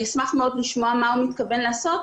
אשמח מאוד לשמוע מה הוא מתכוון לעשות.